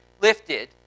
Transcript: lifted